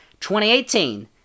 2018